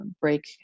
break